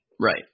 Right